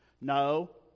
No